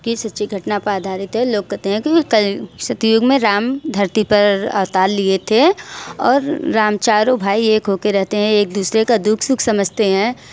की सच्ची घटना पर आधारित है लोग कहते है कि कल सतयुग में राम धरती पर अवतार लिए थे और राम चारों भाई एक हो के रहते हैं एक दूसरे का दुख सुख समझते हैं